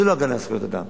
זה לא הגנה על זכויות אדם.